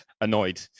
annoyed